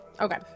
Okay